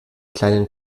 kleinen